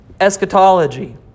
eschatology